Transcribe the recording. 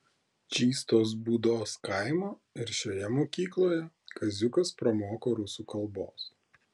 čystos būdos kaimo ir šioje mokykloje kaziukas pramoko rusų kalbos